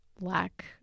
lack